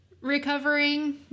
recovering